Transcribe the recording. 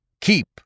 keep